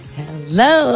hello